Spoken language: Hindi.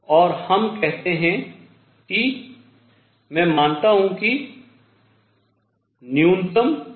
और हम कहते हैं कि मैं मानता हूँ कि न्यूनतम मूल पर है